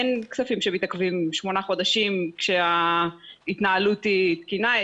אין כספים שמתעכבים שמונה חודשים כשההתנהלות היא תקינה.